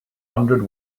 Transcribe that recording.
hundred